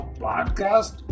podcast